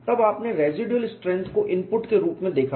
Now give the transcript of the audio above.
तब आपने residual strength को इनपुट के रूप में देखा